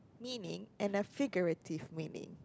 meaning and a figurative meaning